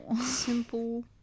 simple